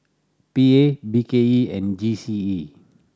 P A B K E and G C E